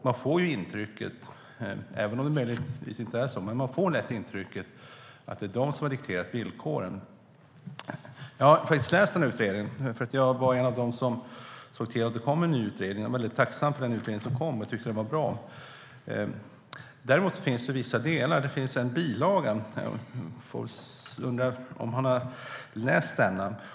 Man får lätt intrycket, även om det möjligtvis inte är så, att det är den som har dikterat villkoren. Jag har faktiskt läst utredningen. Jag var en av dem som såg till att det kom en ny utredning. Jag är väldigt tacksam för den utredning som kom. Jag tyckte den var bra. Däremot finns det en bilaga. Jag undrar om statsrådet har läst denna.